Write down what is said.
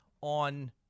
on